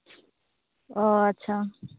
ᱚᱻ ᱟᱪᱪᱷᱟ